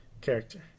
character